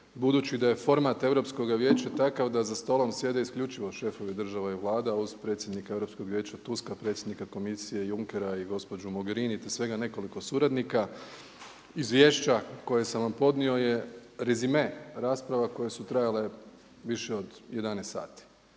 Budući da je format Europskoga vijeća takav da za stolom sjede isključivo šefovi država i Vlada a uz predsjednika Europskog vijeća, turskog predsjednika komisije Junckera i gospođu Mogherini te svega nekoliko suradnika te svega nekoliko suradnika. Izvješća koja sam vam podnio je rezime rasprava koje su trajale više od 11 sati.